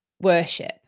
worship